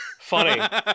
Funny